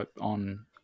on